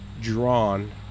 drawn